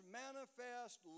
manifest